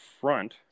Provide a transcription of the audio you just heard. front